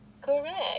Correct